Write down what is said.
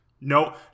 No